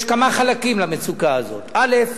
יש כמה חלקים למצוקה הזאת: א.